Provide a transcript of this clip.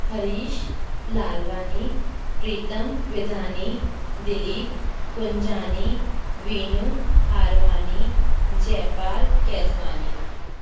Harish Lalwani Pritam Vidhani Dilip Kunjani Veenu Harwani Jaipal Keswani